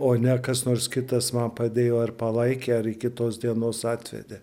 o ne kas nors kitas man padėjo ar palaikė ar iki tos dienos atvedė